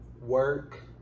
work